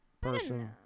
person